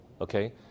Okay